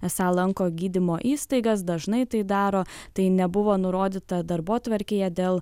esą lanko gydymo įstaigas dažnai tai daro tai nebuvo nurodyta darbotvarkėje dėl